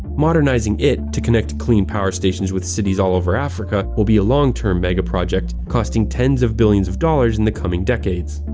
modernizing it to connect clean power stations with cities all over africa will be a long-term megaproject costing tens of billions of dollars in the coming decades.